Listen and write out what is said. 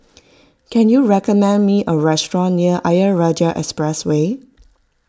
can you recommend me a restaurant near Ayer Rajah Expressway